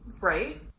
Right